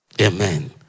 Amen